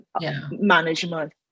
management